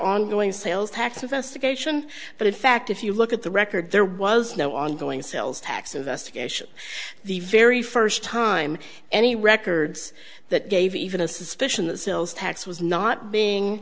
ongoing sales tax investigation but in fact if you look at the record there was no ongoing sales tax investigation the very first time any records that gave even a suspicion that sales tax was not being